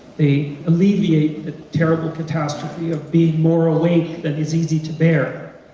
they alleviate the terrible catastrophe of being more awake than it's easy to bear,